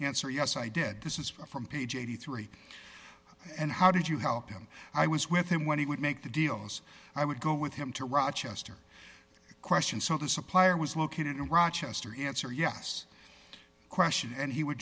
answer yes i did this is from page eighty three and how did you help him i was with him when he would make the deals i would go with him to rochester question so the supplier was located in rochester answer yes question and he would